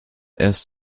erst